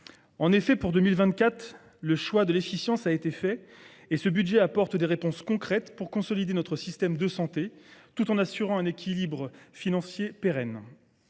En effet, pour 2024, le choix de l’efficience a été fait et ce budget apporte des réponses concrètes pour consolider notre système de santé, tout en assurant un équilibre financier pérenne.